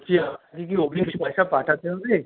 কি আপনাকে কি অগ্রিম কিছু পয়সা পাঠাতে হবে